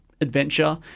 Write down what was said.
adventure